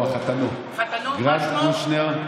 לא, חתנו, ג'ארד קושנר,